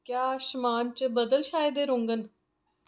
क्या शमान च बदल छाए दे रौह्ङन